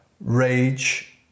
rage